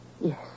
Yes